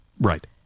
Right